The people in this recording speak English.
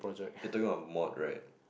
you took it a mode right